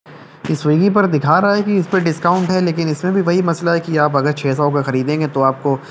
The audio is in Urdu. یہ سویگی پر دکھا رہا ہے کہ اس پہ ڈسکاؤنٹ ہے لیکن اس میں بھی وہی مسئلہ ہے کہ آپ اگر چھ سو کا خریدیں گے تو آپ کو